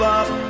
up